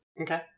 Okay